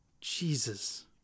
Jesus